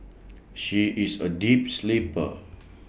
she is A deep sleeper